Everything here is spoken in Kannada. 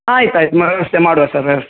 ಆಯ್ತು ಆಯ್ತು ಮ ವ್ಯವಸ್ಥೆ ಮಾಡುವ ಸರ್ ವ್ಯವಸ್ಥೆ